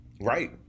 Right